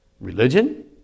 religion